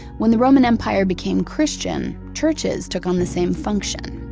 when the roman empire became christian, churches took on the same function.